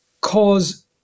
cause